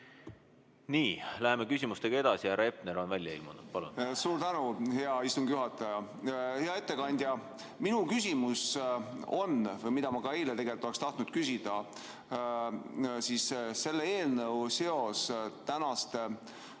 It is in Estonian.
on. Nii, läheme küsimustega edasi. Härra Hepner on välja ilmunud. Palun!